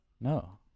no